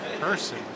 person